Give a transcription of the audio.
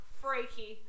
freaky